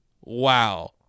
Wow